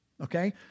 okay